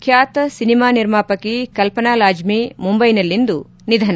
ಖ್ಯಾತ ಸಿನಿಮಾ ನಿರ್ಮಾಪಕಿ ಕಲ್ಪನಾ ಲಾಜ್ಜಿ ಮುಂಬೈನಲ್ಲಿಂದು ನಿಧನ